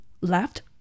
left